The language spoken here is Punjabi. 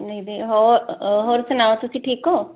ਨਹੀਂ ਨਹੀਂ ਹੋਰ ਸੁਣਾਓ ਤੁਸੀਂ ਠੀਕ ਹੋ